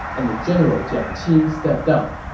and the general jiang qin stepped up.